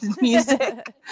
music